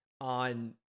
on